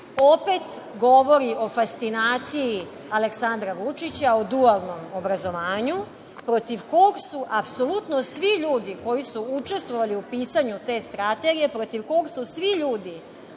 opet govori o fascinaciji Aleksandra Vučića, o dualnom obrazovanju, protiv kog su apsolutno svi ljudi koji su učestvovali u pisanju te strategije, protiv kog su svi ljudi